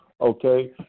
okay